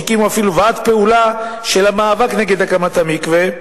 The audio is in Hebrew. שהקימו אפילו ועד פעולה למאבק נגד הקמת המקווה,